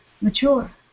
mature